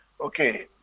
Okay